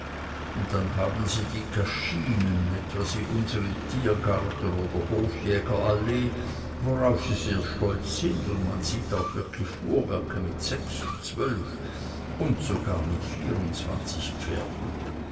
und dann haben sie die cascinen etwas wie unsre tiergarten oder hofjägerallee worauf sie sehr stolz sind und man sieht auch wirklich fuhrwerke mit sechs und zwölf und sogar mit vierundzwanzig pferden